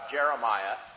Jeremiah